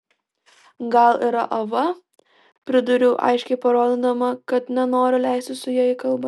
gal yra ava pridūriau aiškiai parodydama kad nenoriu leistis su ja į kalbas